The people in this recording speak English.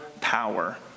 power